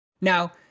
Now